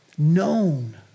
Known